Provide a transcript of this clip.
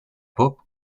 pop